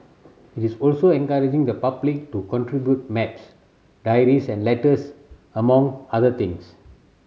it is also encouraging the public to contribute maps diaries and letters among other things